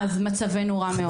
אז מצבנו רע מאוד.